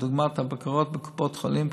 לדוגמה בקרות בקופות החולים,